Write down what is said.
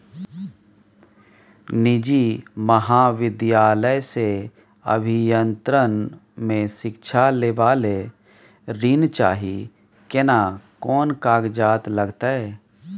निजी महाविद्यालय से अभियंत्रण मे शिक्षा लेबा ले ऋण चाही केना कोन कागजात लागतै?